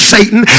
Satan